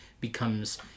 becomes